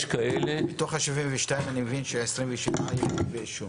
מתוך ה-72 אני מבין ש-27 היו כתבי אישום.